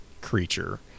creature